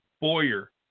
Boyer